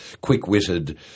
quick-witted